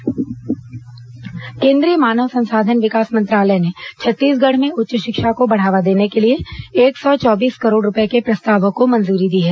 उच्च शिक्षा प्रस्ताव मंजुरी केंद्रीय मानव संसाधन विकास मंत्रालय ने छत्तीसगढ़ में उच्च शिक्षा को बढ़ावा देने के लिए एक सौ चौबीस करोड़ रूपए के प्रस्तावों को मंजूरी दी है